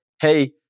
hey